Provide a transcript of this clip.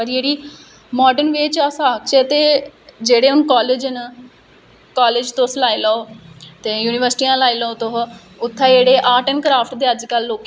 कि तुस आर्ट करी सकने ओ तुस ड्राइंग करने ओ तुस इक आर्टिस्ट ओ उस करियै एहदे च अपना इस चीज च अपना फिउचर बनाओ लोकें गी बिश्वास दिलाओ